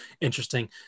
interesting